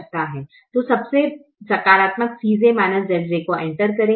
तो सबसे सकारात्मक Cj Zj को एंटर करेगे